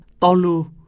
tolu